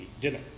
dinner